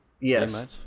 Yes